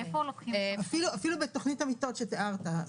אפילו בתוכנית המיטות שתיארת,